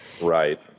Right